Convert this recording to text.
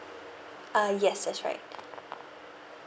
uh yes that's right